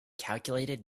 calculated